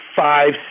five